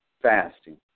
fasting